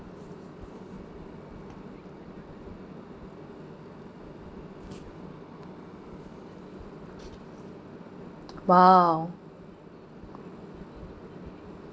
!wow!